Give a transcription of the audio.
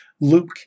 Luke